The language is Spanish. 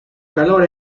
calor